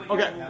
Okay